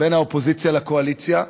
בין האופוזיציה לקואליציה,